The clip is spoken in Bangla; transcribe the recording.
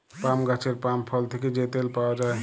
পাম গাহাচের পাম ফল থ্যাকে যে তেল পাউয়া যায়